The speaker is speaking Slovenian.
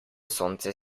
sonce